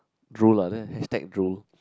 drool lah there hashtag drool